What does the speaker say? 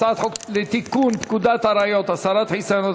הצעת חוק לתיקון פקודת הראיות (הסרת חיסיון),